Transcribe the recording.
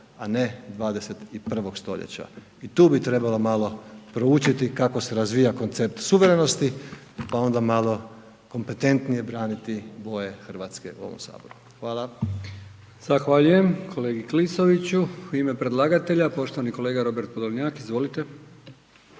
a ne 21. stoljeća i tu bi trebalo malo proučiti kako se razvija koncept suverenosti, pa onda malo kompetentnije braniti boje Hrvatske u ovom saboru. Hvala. **Brkić, Milijan (HDZ)** Zahvaljujem kolegi Klisoviću. U ime predlagatelja poštovani kolega Robert Podolnjak, izvolite.